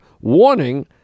warning